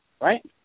Right